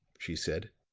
she said.